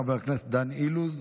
חבר הכנסת דן אילוז,